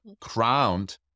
crowned